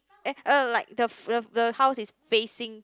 eh oh like the the the house is facing